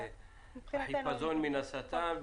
החיפזון מן השטן.